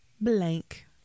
blank